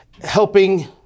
helping